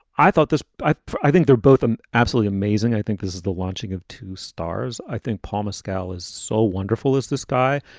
i thought this i. i think they're both and absolutely amazing. i think this is the launching of two stars. i think palmos gal is so wonderful as this guy.